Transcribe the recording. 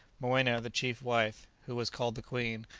moena, the chief wife, who was called the queen,